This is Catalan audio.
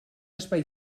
espai